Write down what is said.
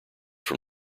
from